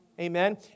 Amen